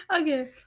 Okay